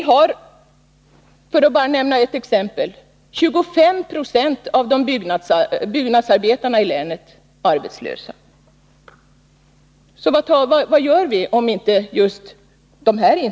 För att nämna bara ett exempel är 25 70 av byggnadsarbetarna i landet arbetslösa.